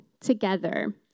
together